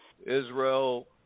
Israel